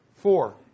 four